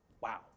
Wow